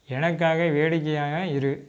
எனக்காக வேடிக்கையாக இரு